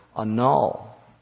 annul